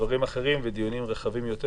דברים אחרים ודיונים רחבים יותר